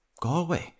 Galway